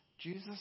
Jesus